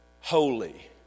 holy